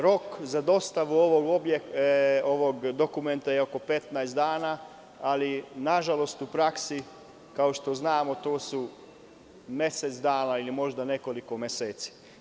Rok za dostavu ovog dokumenta je oko 15 dana, ali nažalost, u praksi kao što znamo to su mesec dana ili možda nekoliko meseci.